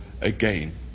again